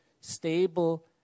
stable